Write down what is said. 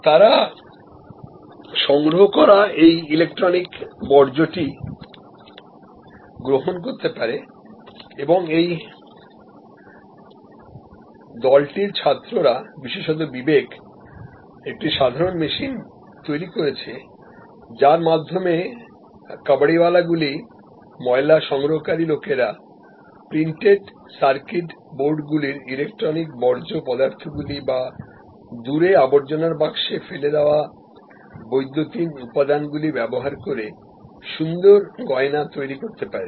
তারা সংগ্রহ করা এই ইলেকট্রনিক বর্জ্যটি গ্রহণ করতে পারে এবং এই দলটির ছাত্ররা বিশেষত বিবেক একটি সাধারণ মেশিন তৈরী করেছে যার মাধ্যমে কাবারীওয়ালা গুলি ময়লা সংগ্রহকারী লোকেরা printed সার্কিট বোর্ডগুলির ইলেক্ট্রনিক বর্জ্য অংশগুলি বা দূরে আবর্জনার বাক্সে ফেলে দেওয়া বৈদ্যুতিন উপাদানগুলি ব্যবহার করেসুন্দর গহনা তৈরী করতে পারে